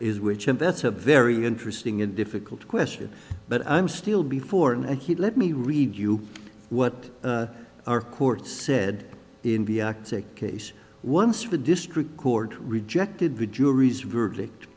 is which and that's a very interesting and difficult question but i'm still before and he let me read you what our court said in v x a case once the district court rejected the jury's verdict